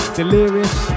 delirious